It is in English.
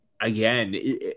again